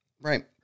Right